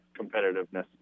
competitiveness